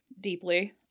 deeply